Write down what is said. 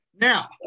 Now